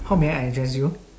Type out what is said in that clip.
how may I address you